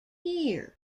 year